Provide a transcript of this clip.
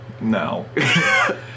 No